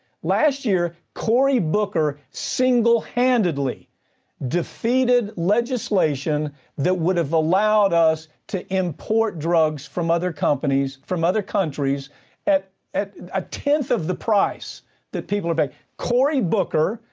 last year, cory booker, single handedly defeated legislation that would have allowed us to import drugs from other companies, from other countries at at a tenth of the price that people are paying. corey booker,